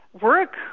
work